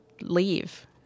leave